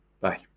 bye